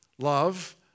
Love